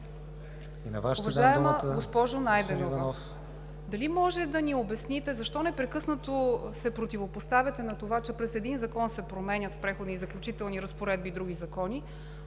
Уважаема госпожо Найденова, дали може да ни обясните защо непрекъснато се противопоставяте на това, че през един закон се променят в Преходни и заключителни разпоредби други закони,